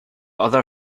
other